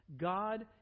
God